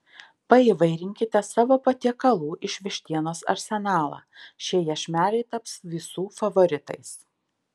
paįvairinkite savo patiekalų iš vištienos arsenalą šie iešmeliai taps visų favoritais